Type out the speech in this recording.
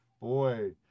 boy